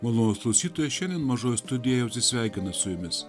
malonūs klausytojai šiandien mažoji studija jau atsisveikina su jumis